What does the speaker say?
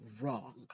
wrong